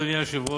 אדוני היושב-ראש,